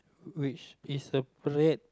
which is a red